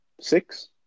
Six